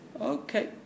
Okay